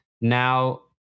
now